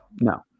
No